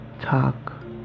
talk